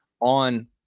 on